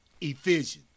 Ephesians